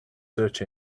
search